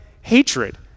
hatred